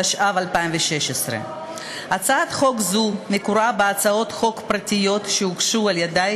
התשע"ו 2016. הצעת חוק זו מקורה בהצעות חוק פרטיות שהוגשו על-ידי